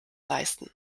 leisten